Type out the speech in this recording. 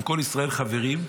עם כל ישראל חברים,